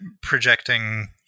projecting